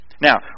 Now